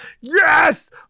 yes